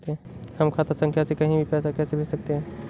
हम खाता संख्या से कहीं भी पैसे कैसे भेज सकते हैं?